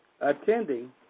attending